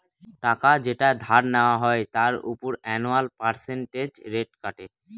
টাকা যেটা ধার নেওয়া হয় তার উপর অ্যানুয়াল পার্সেন্টেজ রেট কাটে